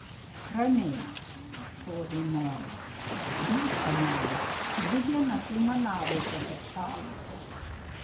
ramiai atšovė nora jūs panelės dvi dienas aimanavote kad šąlate